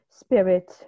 spirit